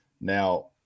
Now